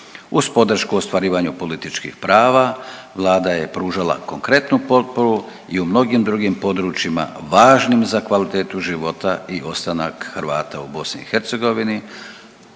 Uz podršku ostvarivanja političkih prava vlada je pružala kompletnu potporu i u mnogim drugim područjima važnim za kvalitetu života i ostanak Hrvata u BiH